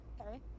Okay